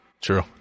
True